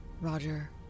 Roger